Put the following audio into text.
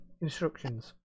instructions